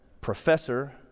professor